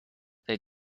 they